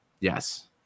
Yes